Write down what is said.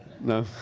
No